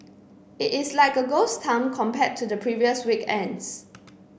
it is like a ghost town compared to the previous weekends